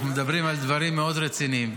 אנחנו מדברים על דברים מאוד רציניים.